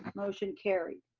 motion carried.